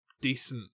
decent